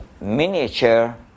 miniature